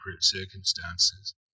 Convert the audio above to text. circumstances